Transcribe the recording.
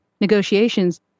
negotiations